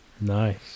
Nice